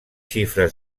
xifres